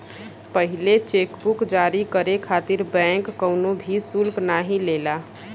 पहिला cheque book जारी करे खातिर बैंक कउनो भी शुल्क नाहीं लेला